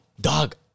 Dog